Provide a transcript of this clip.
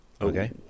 okay